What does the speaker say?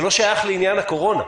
זה לא שייך לעניין הקורונה.